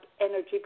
energy